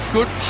Good